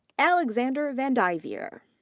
alexander vandivier.